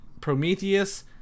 Prometheus